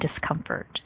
discomfort